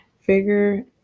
Figure